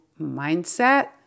mindset